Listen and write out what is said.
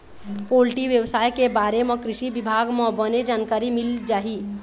poultry बेवसाय के बारे म कृषि बिभाग म बने जानकारी मिल जाही